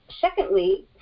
secondly